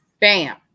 Bam